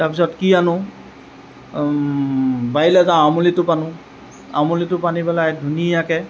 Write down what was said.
তাৰ পিছত কি আনোঁ বাৰীলে যাওঁ আমলী টোপ আনোঁ আমলী টোপ আনি পেলাই ধুনীয়াকে